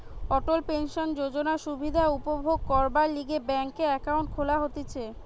অটল pension যোজনার সুবিধা উপভোগ করবার লিগে ব্যাংকে একাউন্ট খুলা হতিছে